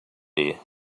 year